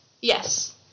Yes